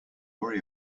worry